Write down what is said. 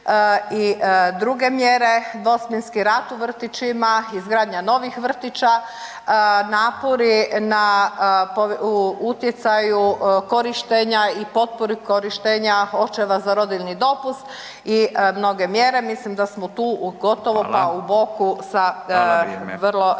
i druge mjere, dvosmjenski rad u vrtićima, izgradnja novih vrtića, napori na, u utjecaju korištenja i potpori korištenja očeva za rodiljni popust i mnoge mjere, mislim da smo tu u gotovo pa …/Upadica: Fala/…u